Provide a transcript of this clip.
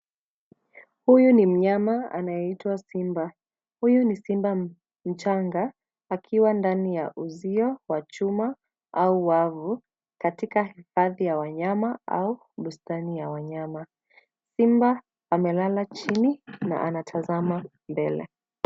Huyu ni mnyama anayeitwa Simba. Huyu ni simba mchanga, akiwa ndani ya uzio wa chuma, au wavu, katika hifadhi ya wanyama au bustani ya wanyama. Simba amelala chini, na anatazama mbele.